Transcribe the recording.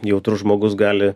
jautrus žmogus gali